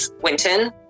winton